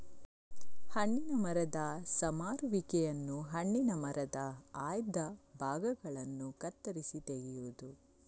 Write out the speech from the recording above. ಹಣ್ಣಿನ ಮರದ ಸಮರುವಿಕೆಯನ್ನು ಹಣ್ಣಿನ ಮರದ ಆಯ್ದ ಭಾಗಗಳನ್ನು ಕತ್ತರಿಸಿ ತೆಗೆಯುವುದು